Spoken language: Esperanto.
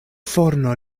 forno